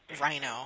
rhino